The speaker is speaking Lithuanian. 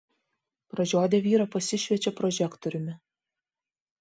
pražiodę vyrą pasišviečia prožektoriumi